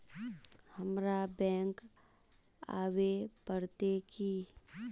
हमरा बैंक आवे पड़ते की?